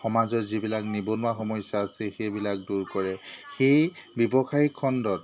সমাজৰ যিবিলাক নিবনুৱা সমস্যা আছে সেইবিলাক দূৰ কৰে সেই ব্যৱসায়িক খণ্ডত